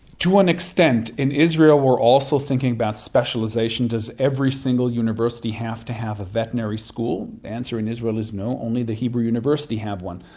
to an extent. in israel we are also thinking about specialisation. does every single university have to have a veterinary school? the answer in israel is no, only the hebrew university have one.